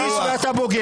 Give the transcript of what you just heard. אני פשיסט ואתה בוגד.